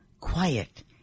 quiet